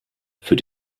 für